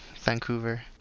Vancouver